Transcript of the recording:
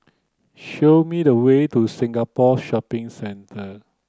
show me the way to Singapore Shopping Centre